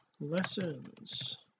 lessons